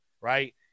right